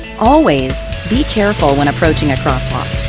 always be careful when approaching a crosswalk.